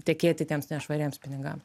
tekėti tiems nešvariems pinigam